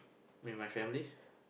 with my family